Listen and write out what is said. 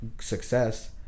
success